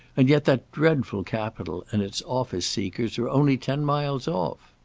and yet that dreadful capitol and its office-seekers are only ten miles off.